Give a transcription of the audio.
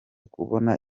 kubona